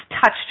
touched